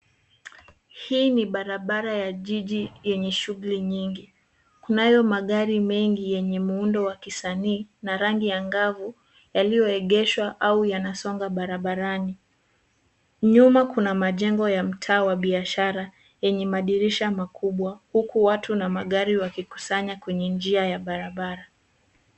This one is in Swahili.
Hii ni barabara ya jiji yenye shughuli nyingi. Kunayo magari mengi yenye muundo wa kisanii na rangi angavu yaliyoegeshwa au yanasonga barabarani. Nyuma kuna majengo ya mtaa wa biashara yenye madirisha makubwa huku watu na magari wakikusanya kwenye njia ya barabara.